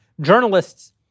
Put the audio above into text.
journalists